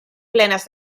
plenes